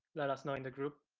let us know in the group,